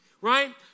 Right